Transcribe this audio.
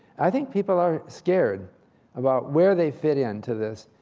i think people are scared about where they fit into this.